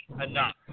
enough